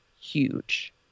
huge